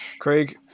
Craig